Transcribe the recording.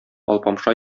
алпамша